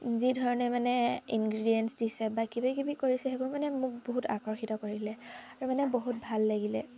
যি ধৰণে মানে ইনগ্ৰেডিয়েঞ্চ দিছে বা কিবাকিবি কৰিছে সেইবোৰ মানে মোক বহুত আকৰ্ষিত কৰিলে আৰু মানে বহুত ভাল লাগিলে